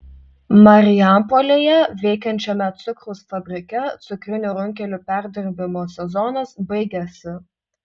marijampolėje veikiančiame cukraus fabrike cukrinių runkelių perdirbimo sezonas baigiasi